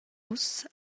ussa